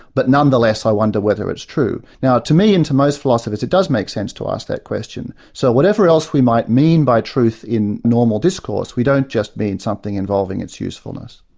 but nonetheless i wonder whether it's true. now, to me and to most philosophers it does make sense to ask that question. so whatever else we might mean by truth in normal discourse, we don't just mean something involving its usefulness.